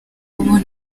n’ubu